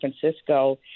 Francisco